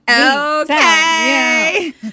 Okay